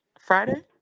Friday